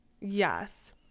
yes